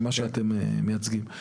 של מה שאתם מייצגים.